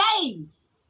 days